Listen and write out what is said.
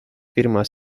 firma